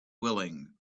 willing